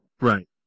right